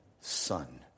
son